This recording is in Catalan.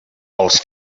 els